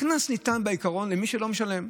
הקנס ניתן בעיקרון למי שלא משלם.